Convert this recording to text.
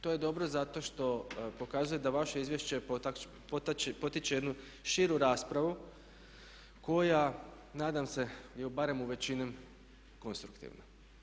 To je dobro zato što pokazuje da vaše izvješće potiče jednu širu raspravu koja nadam se ili barem u većini konstruktivna.